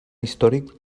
històric